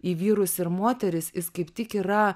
į vyrus ir moteris jis kaip tik yra